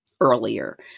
earlier